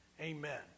Amen